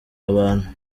abantu